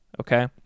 okay